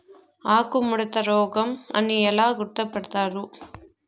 ఆకుముడత రోగం అని ఎలా గుర్తుపడతారు?